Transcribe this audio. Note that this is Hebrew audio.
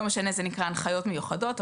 לא משנה זה נקרא הנחיות מיוחדות,